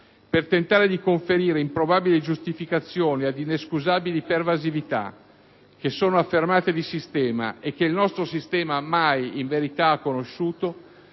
per tentare di conferire improbabili giustificazioni ad inescusabili pervasività che sono affermate "di sistema" e che il nostro sistema mai ha, in verità, conosciuto,